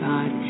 God